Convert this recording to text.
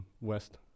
west